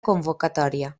convocatòria